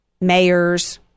mayors